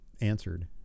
answered